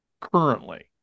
currently